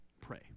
Pray